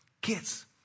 Kids